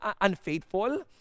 unfaithful